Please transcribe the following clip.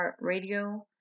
Radio